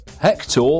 Hector